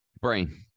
Brain